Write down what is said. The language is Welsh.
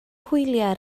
hwyliau